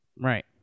Right